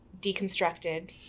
deconstructed